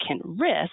risk